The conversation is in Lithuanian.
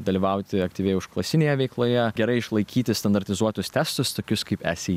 dalyvauti aktyviai užklasinėje veikloje gerai išlaikyti standartizuotus testus tokius kaip esi